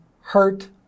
hurt